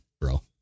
bro